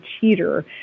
cheater